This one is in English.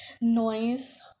noise